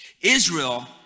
Israel